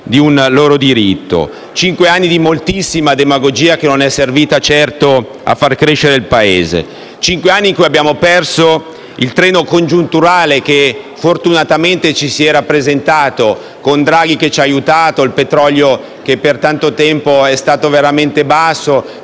di un loro diritto. Cinque anni di moltissima demagogia che non è servita certo a fare crescere il Paese; cinque anni in cui abbiamo perso il treno congiunturale che fortunatamente ci si era presentato, con Draghi che ci ha aiutato, il prezzo del petrolio che per tanto tempo è stato veramente basso,